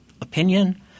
opinion